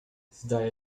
zdaje